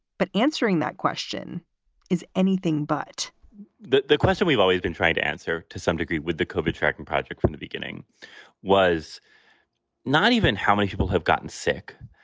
but answering that question is anything but the the question we've always been trying to answer. to some degree with the kobe tracking project from the beginning was not even how many people have gotten sick,